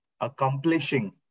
accomplishing